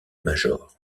major